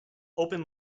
open